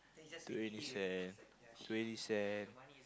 twenty cent twenty cent